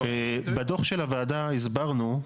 בדוח של הוועדה הסברנו,